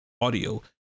audio